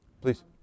Please